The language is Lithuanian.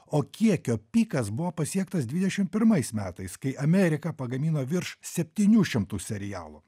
o kiekio pikas buvo pasiektas dvidešim pirmais metais kai amerika pagamino virš septynių šimtų serialų